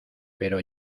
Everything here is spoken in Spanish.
pero